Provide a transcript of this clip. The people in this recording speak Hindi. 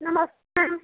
नमस्ते